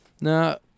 No